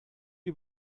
you